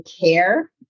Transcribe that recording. care